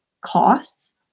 costs